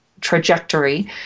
trajectory